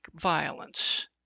violence